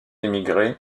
émigré